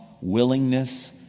willingness